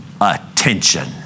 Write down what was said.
attention